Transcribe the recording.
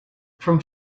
from